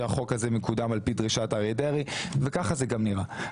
שהחוק הזה מקודם על פי דרישת אריה דרעי וככה זה גם נראה.